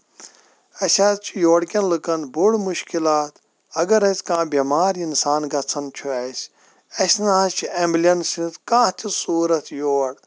اسہِ حظ چھُ یورکٮ۪ن لُکن بوٚڑ مُشکِلات اَگر اَسہِ کانہہ بیمار اِنسان گژھان چھُ اَسہِ اَسہِ نہ حظ چھِ ایٚمبلینسہِ ہِنز کانٛہہ تہِ صوٗرت یور